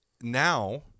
now –